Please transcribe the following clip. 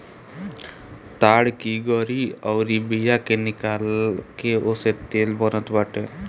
ताड़ की गरी अउरी बिया के निकाल के ओसे तेल बनत बाटे